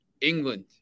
England